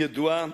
היא ידועה,